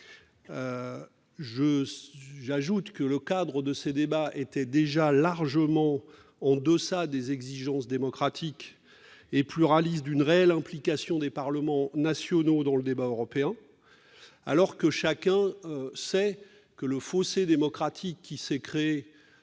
J'ajoute que le cadre de ces débats était déjà largement en deçà des exigences démocratiques et pluralistes d'une véritable implication des parlements nationaux dans le débat européen. Or chacun sait que le fossé démocratique qui s'est créé